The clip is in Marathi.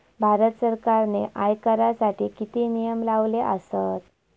भारत सरकारने आयकरासाठी किती नियम लावले आसत?